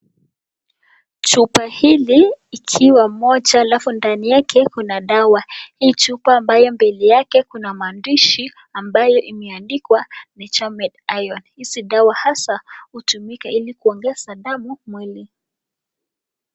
Chupa hili ikiwa moja alafu ndani yake kuna dawa. Hii chupa ambayo mbele yake kuna maandishi ambayo imeandikwa ni chamed iron . Hizi dawa hasa hutumika ili kuongeza damu mwili.